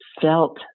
felt